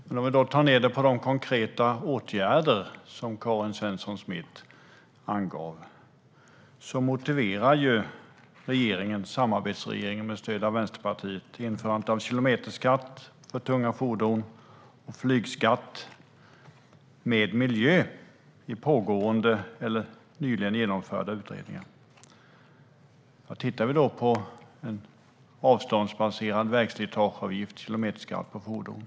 Men vi kan ta ned det till de konkreta åtgärder som Karin Svensson Smith angav. Samarbetsregeringen, med stöd av Vänsterpartiet, motiverar införandet av kilometerskatt för tunga fordon och flygskatt med att det handlar om miljö i pågående eller nyligen genomförda utredningar. Vi kan då titta på en avståndsbaserad vägslitageavgift, en kilometerskatt för fordon.